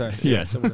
Yes